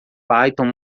python